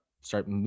start